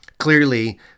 Clearly